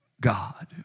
God